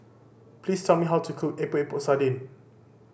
please tell me how to cook Epok Epok Sardin